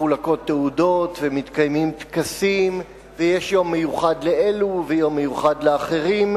מחולקות תעודות ומתקיימים טקסים ויש יום מיוחד לאלו ויום מיוחד לאחרים.